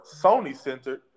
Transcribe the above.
Sony-centered